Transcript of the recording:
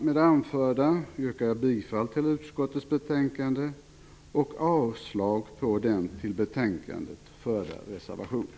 Med det anförda yrkar jag bifall till utskottets betänkande och avslag på den till betänkandet förda reservationen.